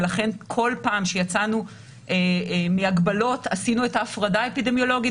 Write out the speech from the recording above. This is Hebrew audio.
ולכן כל פעם שיצאנו מהגבלות עשינו את ההפרדה האפידמיולוגית